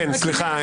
בבקשה.